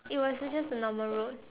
it was just a normal road